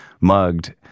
mugged